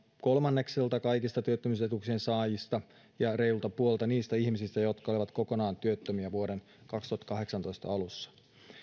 kolmannekselta kaikista työttömyysetuuksien saajista ja reilulta puolelta niistä ihmisistä jotka olivat kokonaan työttömiä vuoden kaksituhattakahdeksantoista alussa